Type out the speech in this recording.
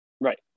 Right